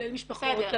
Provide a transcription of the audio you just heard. כולל משפחות,